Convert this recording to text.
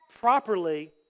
properly